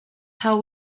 how